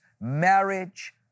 Marriage